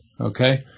okay